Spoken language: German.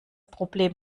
problem